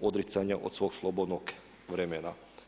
odricanja od svog slobodnog vremena.